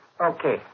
okay